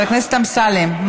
אמסלם.